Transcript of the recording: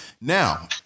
now